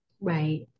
Right